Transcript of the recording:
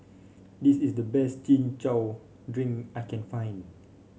this is the best Chin Chow Drink I can find